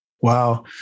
Wow